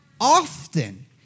often